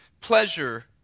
pleasure